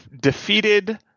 defeated